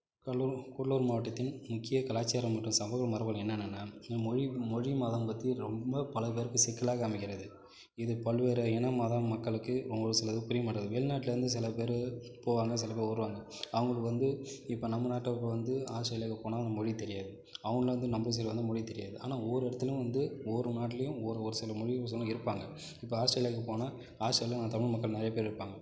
hello Gudalur மாவட்டத்தின் முக்கிய கலாச்சாரம் மற்றும் சமூக மரபுகள் என்னென்னன்னா இந்த மொழி மொழி மதம் பற்றி ரொம்ப பல பேருக்கு சிக்கலாக அமைகிறது இது பல்வேறு இனம் மதம் மக்களுக்கு அவங்களுக்கு சில புரியமாட்டேங்குது வெளிநாட்டிலேர்ந்து சில பேர் போவாங்க சில பேர் வருவாங்க அவங்களுக்கு வந்து இப்போ நம்ம நாட்டில் இருக்கறவங்கள் வந்து ஆஸ்திரேலியாவுக்கு போனால் அந்த மொழி தெரியாது அவங்க வந்து நம்ம சைடு வந்தால் மொழி தெரியாது ஆனால் ஒவ்வொருத்தரும் வந்து ஒவ்வொரு நாட்லேயும் ஓர் ஓர் சில மொழி பேசுறவங்கள் இருப்பாங்கள் இப்போ ஆஸ்திரேலியாவுக்கு போனால் ஆஸ்திரேலியாவிலும் தமிழ் மக்கள் நிறைய பேர் இருப்பாங்கள்